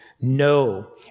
no